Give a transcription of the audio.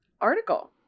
article